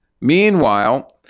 Meanwhile